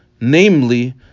Namely